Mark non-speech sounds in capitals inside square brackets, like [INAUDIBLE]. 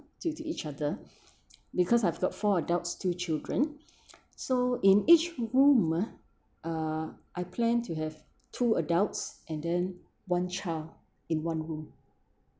due to each other [BREATH] because I've got four adults two children so in each room ah uh I plan to have two adults and then one child in one room